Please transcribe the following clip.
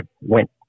went